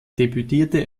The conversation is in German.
debütierte